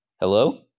Hello